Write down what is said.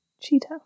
Cheetah